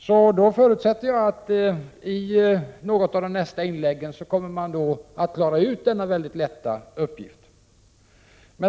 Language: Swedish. Jag förutsätter alltså att ni i något av de nästa inläggen kommer att klara ut denna väldigt lätta uppgift.